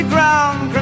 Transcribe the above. Ground